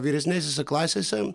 vyresnėsėse klasėse